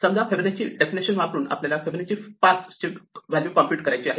समजा Fibonacci definition वापरून आपल्याला फिबोनाची 5 ची व्हॅल्यू कॉम्प्युट करायची आहे